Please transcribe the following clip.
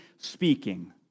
speaking